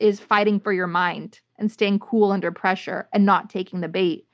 is fighting for your mind and staying cool under pressure, and not taking the bait.